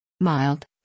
Mild